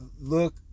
look